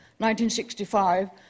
1965